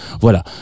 Voilà